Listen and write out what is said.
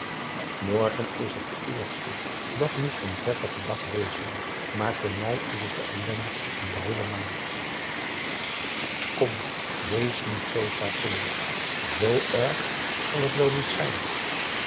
morgen is het de eerste dat moest een prettige dag wezen maar voor mij is het de ellendigste van de heele maand kom wees niet zoo zwaartillend z erg zal het wel niet zijn